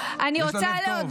יש לה לב טוב.